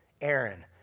Aaron